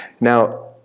Now